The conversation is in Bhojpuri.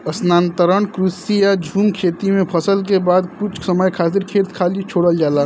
स्थानांतरण कृषि या झूम खेती में फसल के बाद कुछ समय खातिर खेत खाली छोड़ल जाला